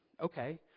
Okay